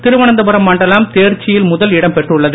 திருவனந்தபுரம் மண்டலம் தேர்ச்சியில் முதல் இடம் பெற்றுள்ளது